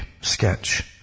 sketch